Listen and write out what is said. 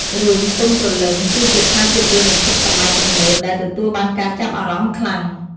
រឿង ទង់ព្រលឹង គឺជាខ្សែភាពយន្តរន្ធត់សម័យទំនើប ដែលទទួលបានការចាប់អារម្មណ៍ខ្លាំង។